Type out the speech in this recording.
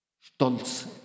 Stolz